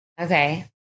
Okay